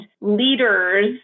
leaders